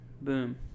boom